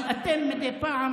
אבל אתם מדי פעם